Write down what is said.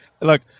look